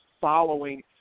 following –